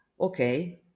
okay